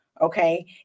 Okay